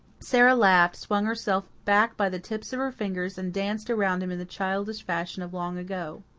sara laughed, swung herself back by the tips of her fingers and danced around him in the childish fashion of long ago.